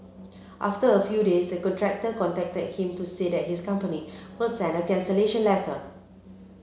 after a few days the contractor contacted him to say that his company will send a cancellation letter